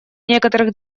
некоторых